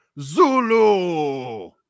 Zulu